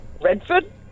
Redford